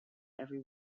every